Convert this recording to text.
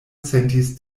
sentis